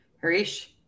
Harish